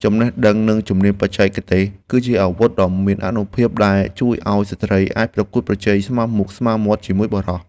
ចំណេះដឹងនិងជំនាញបច្ចេកទេស គឺជាអាវុធដ៏មានអានុភាពដែលជួយឱ្យស្ត្រីអាចប្រកួតប្រជែងស្មើមុខស្មើមាត់ជាមួយបុរស។